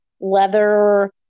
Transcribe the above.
leather